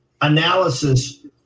analysis